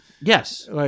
Yes